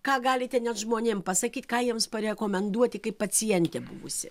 ką galite net žmonėm pasakyt ką jiems parekomenduoti kaip pacientė buvusi